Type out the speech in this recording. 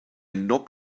knock